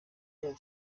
yabo